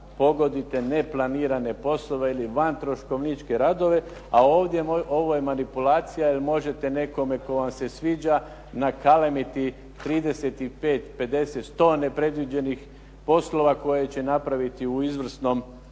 neplanirane poslove ili vantroškovničke radove, a ovo je manipulacija jer možete nekome tko vam se sviđa nakalemiti 35, 50, 100 nepredviđenih poslova koje će napraviti izvrsnom